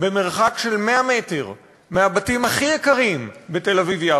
במרחק של 100 מטר מהבתים הכי יקרים בתל-אביב יפו,